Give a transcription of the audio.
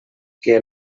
que